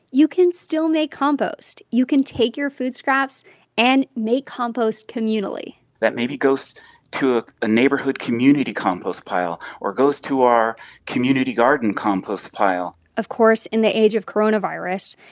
you can still make compost. you can take your food scraps and make compost communally that maybe goes to a neighborhood community compost pile or goes to our community garden compost pile of course, in the age of coronavirus,